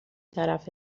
طرف